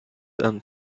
and